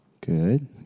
Good